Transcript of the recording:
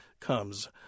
comes